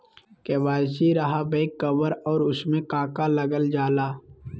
KYC रहा back cover और उसमें का का लागल जाला?